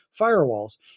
firewalls